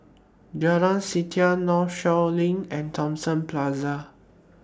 Jalan Setia Northshore LINK and Thomson Plaza